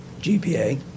GPA